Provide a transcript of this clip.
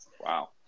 Wow